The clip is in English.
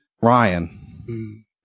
Ryan